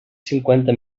cinquanta